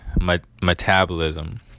metabolism